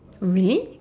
really